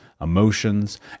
emotions